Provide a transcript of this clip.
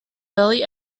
early